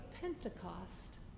Pentecost